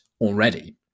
already